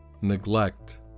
neglect